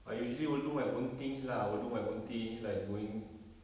I usually will do my own thing lah I will do my own things like going